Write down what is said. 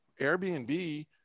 Airbnb